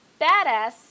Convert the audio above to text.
badass